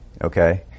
Okay